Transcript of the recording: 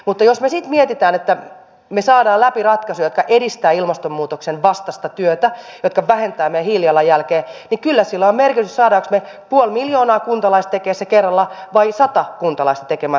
mutta jos me sitten mietimme että me saamme läpi ratkaisuja jotka edistävät ilmastonmuutoksen vastaista työtä jotka vähentävät meidän hiilijalanjälkeämme niin kyllä sillä on merkitystä saammeko me puoli miljoonaa kuntalaista tekemään sen kerralla vai sata kuntalaista tekemään sen kerralla